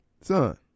Son